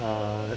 uh